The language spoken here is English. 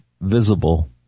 visible